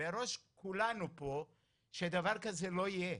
בראש כולנו פה שדבר כזה לא יהיה.